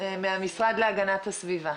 מהמשרד להגנת הסביבה.